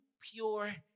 pure